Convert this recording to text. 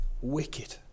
wicked